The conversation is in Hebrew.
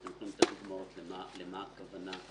למה הכוונה?